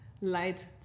light